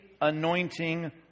anointing